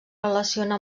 relaciona